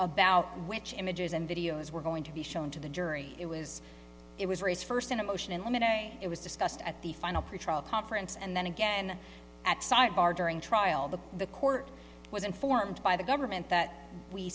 about which images and videos were going to be shown to the jury it was it was raised first in a motion in limine it was discussed at the final pretrial conference and then again at sidebar during trial the the court was informed by the government that we